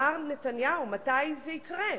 מר נתניהו, מתי זה יקרה,